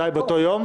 מתי, באותו יום?